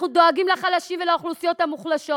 אנחנו דואגים לחלשים ולאוכלוסיות המוחלשות.